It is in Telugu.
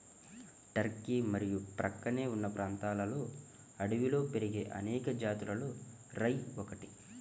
టర్కీ మరియు ప్రక్కనే ఉన్న ప్రాంతాలలో అడవిలో పెరిగే అనేక జాతులలో రై ఒకటి